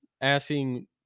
asking